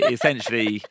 Essentially